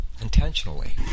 intentionally